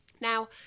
Now